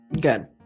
Good